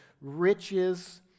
riches